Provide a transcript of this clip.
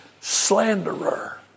slanderer